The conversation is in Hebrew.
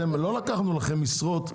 לא לקחנו לכם משרות,